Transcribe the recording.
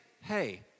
hey